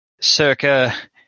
circa